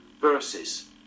verses